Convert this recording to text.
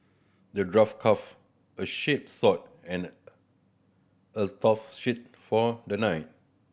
the dwarf crafted a sharp sword and a tough shield for the knight